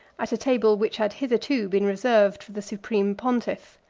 at a table which had hitherto been reserved the supreme pontiff.